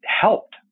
helped